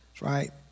right